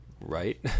right